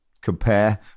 compare